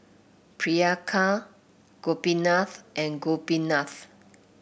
Priyanka Gopinath and Gopinath